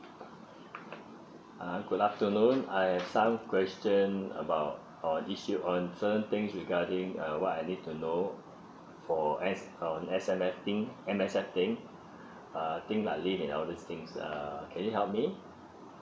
uh good afternoon I have some question about on this thing regarding uh what I need to know for S~ on M_S_F thing M_S_F thing uh thing on these things uh can you help me